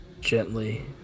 Gently